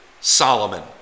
Solomon